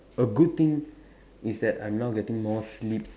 a good thing is that I'm now getting more sleep